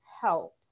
help